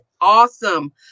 awesome